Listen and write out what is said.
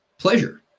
pleasure